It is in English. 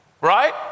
right